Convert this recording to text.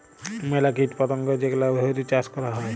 ম্যালা কীট পতঙ্গ যেগলা ধ্যইরে চাষ ক্যরা হ্যয়